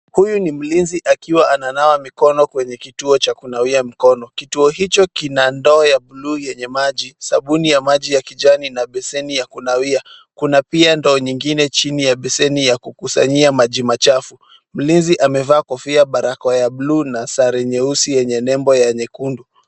Huyu ni mlinzi akiwa ananawa mikono kwenye kituo cha kunawia mikono. Kituo hicho kina ndoo ya buluu yenye maji. Sabuni ya maji ya kijani na besheni ya kunawia. Kuna pia ndoo nyingine chini ya besheni ya kukusanyia maji chafu. Mlinzi amevaa kofia, barakoa ya blue, na sare nyeusi yenye nembo ya nyekundu.